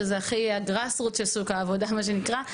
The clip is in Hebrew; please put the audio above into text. שזה הכי Grassroots של שוק העבודה מה שנקרא,